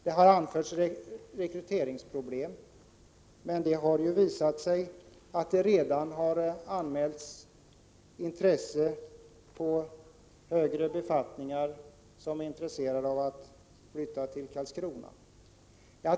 Det har anförts att det skulle finnas rekryteringsproblem, men det har redan anmälts intresse av att flytta till Karlskrona från dem som har högre befattningar.